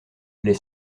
les